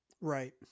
right